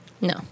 No